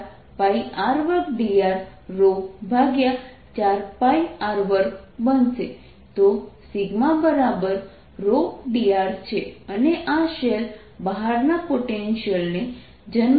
તો σ dr છે અને આ શેલ બહારના પોટેન્શિયલને જન્મ આપે છે